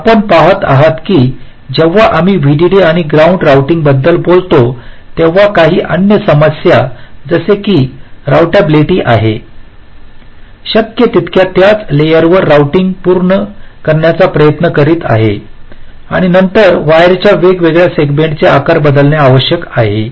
तर आपण पाहात आहात की जेव्हा आम्ही व्हीडीडी आणि ग्राउंड रोऊटिंग बद्दल बोलतो तेव्हा काही अन्य समस्या जसे राउटेबिलिटी आहेत शक्य तितक्या त्याच लेयरवर राउटिंग पूर्ण करण्याचा प्रयत्न करीत आहे आणि नंतर वायरच्या वेगवेगळ्या सेगमेंट्सचे आकार बदलणे आवश्यक आहे